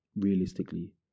realistically